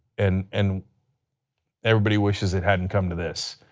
and and everybody wishes it hadn't come to this.